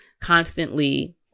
constantly